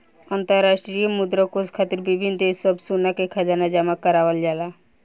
अंतरराष्ट्रीय मुद्रा कोष खातिर विभिन्न देश सब सोना के खजाना जमा करावल जाला